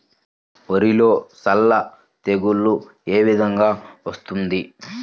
వరిలో సల్ల తెగులు ఏ విధంగా వస్తుంది?